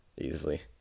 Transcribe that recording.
easily